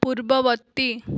ପୂର୍ବବର୍ତ୍ତୀ